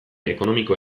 ekonomiko